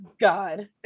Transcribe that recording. God